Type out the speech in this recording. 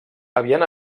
havien